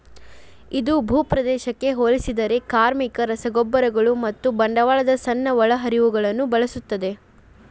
ಇದು ಭೂಪ್ರದೇಶಕ್ಕೆ ಹೋಲಿಸಿದರೆ ಕಾರ್ಮಿಕ, ರಸಗೊಬ್ಬರಗಳು ಮತ್ತು ಬಂಡವಾಳದ ಸಣ್ಣ ಒಳಹರಿವುಗಳನ್ನು ಬಳಸುತ್ತದೆ